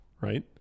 right